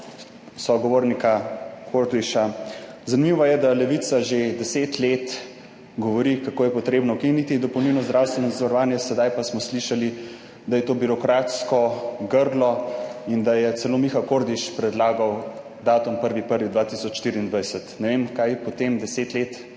sogovornika Kordiša. Zanimivo je, da Levica že 10 let govori, kako je potrebno ukiniti dopolnilno zdravstveno zavarovanje, sedaj pa smo slišali, da je to birokratsko grlo in da je celo Miha Kordiš predlagal datum 1. 1. 2024. Ne vem, kaj potem 10 let